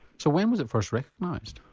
so when was it first recognised?